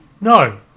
No